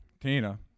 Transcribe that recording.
Tina